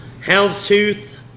Houndstooth